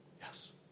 Yes